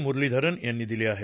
मुरलीधरन यांनी दिली आहे